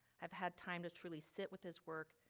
i've had time to truly sit with his work.